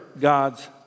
God's